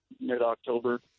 mid-October